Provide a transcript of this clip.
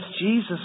Jesus